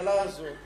הממשלה הזאת